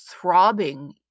throbbing